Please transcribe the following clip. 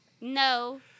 no